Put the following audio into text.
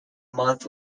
month